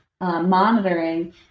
monitoring